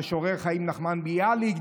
המשורר חיים נחמן ביאליק,